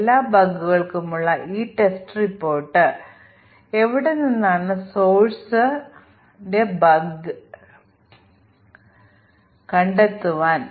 ഈ പ്രത്യേക തരം ബഗിന് ടെസ്റ്റ് കേസുകൾ അപര്യാപ്തമാണെന്ന് ഞങ്ങളുടെ മ്യൂട്ടേഷൻ ടെസ്റ്റിംഗ് പ്രക്രിയ ഉയർത്തിയ ഈ അലേർട്ട് ഞങ്ങൾ അവഗണിക്കും